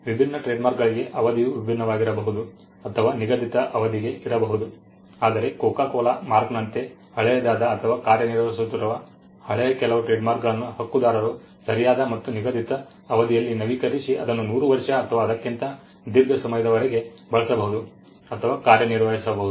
ವಿಭಿನ್ನ ಟ್ರೇಡ್ಮಾರ್ಕ್ಗಳಗಳಿಗೆ ಅವಧಿಯು ವಿಭಿನ್ನವಾಗಿರಬಹುದು ಅಥವಾ ನಿಗದಿತ ಅವಧಿಗೆ ಇರಬಹುದು ಆದರೆ ಕೋಕಾ ಕೋಲಾ ಮಾರ್ಕ್ನಂತೆ ಹಳೆಯದಾದ ಅಥವಾ ಕಾರ್ಯನಿರ್ವಹಿಸುತ್ತಿರುವ ಹಳೆಯ ಕೆಲವು ಟ್ರೇಡ್ಮಾರ್ಕ್ಗಳನ್ನು ಹಕ್ಕುದಾರರು ಸರಿಯಾದ ಮತ್ತು ನಿಗದಿತ ಅವಧಿಯಲ್ಲಿ ನವೀಕರಿಸಿ ಅದನ್ನು 100 ವರ್ಷ ಅಥವಾ ಅದಕ್ಕಿಂತ ದೀರ್ಘಸಮಯದವರೆಗೆ ಬಳಸಬಹುದು ಅಥವಾ ಕಾರ್ಯನಿರ್ವಹಿಸಬಹುದು